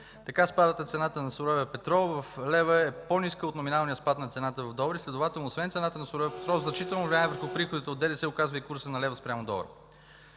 Така спадът на цената на суровия петрол в лева е по-ниска от номиналния спад на цената в долари. Следователно освен цената на суровия петрол, значително влияние върху приходите от ДДС оказва и курсът на лева спрямо долара.